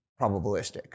probabilistic